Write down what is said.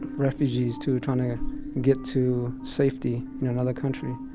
refugees to try to get to safety in another country.